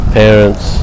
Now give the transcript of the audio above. parents